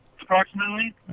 Approximately